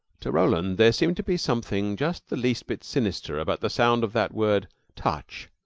to roland, there seemed to be something just the least bit sinister about the sound of that word touch,